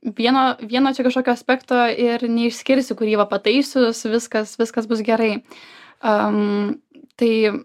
vieno vieno čia kažkokio aspekto ir neišskirsi kūryba pataisius viskas viskas bus gerai am tai